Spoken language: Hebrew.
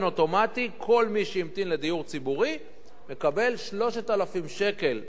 כל מי שהמתין לדיור ציבורי יקבל 3,000 שקלים בממוצע